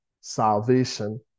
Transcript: salvation